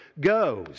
goes